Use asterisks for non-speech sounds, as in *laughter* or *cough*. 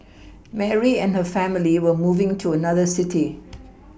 Mary and her family were moving to another city *noise*